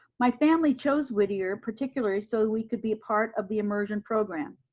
my family chose whittier, particularly, so that we could be a part of the immersion program.